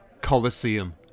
Colosseum